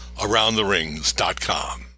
AroundTheRings.com